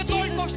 Jesus